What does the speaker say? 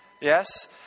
Yes